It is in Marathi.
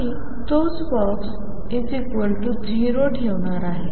मी तोच बॉक्स 0 ठेवणार आहे